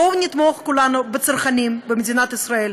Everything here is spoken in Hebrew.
בואו נתמוך כולנו בצרכנים במדינת ישראל,